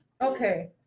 Okay